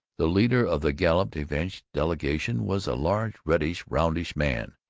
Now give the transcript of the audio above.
the leader of the galop de vache delegation was a large, reddish, roundish man,